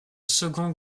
second